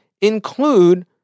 include